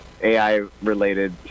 AI-related